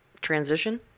transition